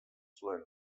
zuen